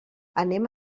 anem